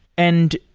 and